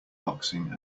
boxing